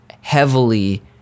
heavily